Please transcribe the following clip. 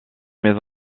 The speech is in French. maison